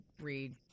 read